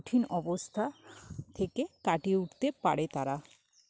কঠিন অবস্থা থেকে কাটিয়ে উঠতে পারে তারা